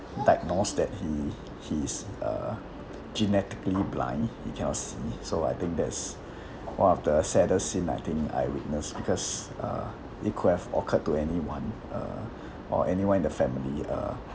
diagnosed that he he's uh genetically blind he cannot see so I think that's one of the saddest scene I think I witnessed because uh it could have occurred to anyone uh or anyone in the family uh